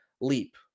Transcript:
leap